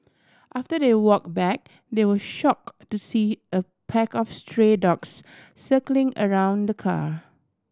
after they walk back they were shock to see a pack of stray dogs circling around the car